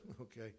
okay